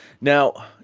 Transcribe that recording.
now